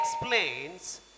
explains